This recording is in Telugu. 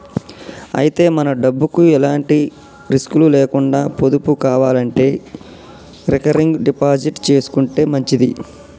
అయితే మన డబ్బుకు ఎలాంటి రిస్కులు లేకుండా పొదుపు కావాలంటే రికరింగ్ డిపాజిట్ చేసుకుంటే మంచిది